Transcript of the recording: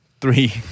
three